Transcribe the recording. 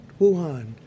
Wuhan